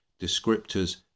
descriptors